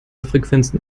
frequenzen